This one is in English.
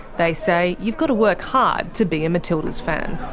they say you've got to work hard to be a matildas fan.